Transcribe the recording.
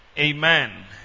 Amen